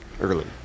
early